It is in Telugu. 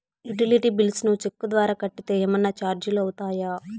యుటిలిటీ బిల్స్ ను చెక్కు ద్వారా కట్టితే ఏమన్నా చార్జీలు అవుతాయా?